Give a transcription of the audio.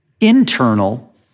internal